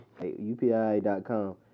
upi.com